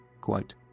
Quote